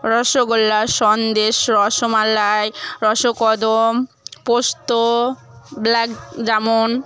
rasgulla sandesh rasmalai raskadam posto black jamun